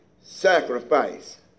sacrifice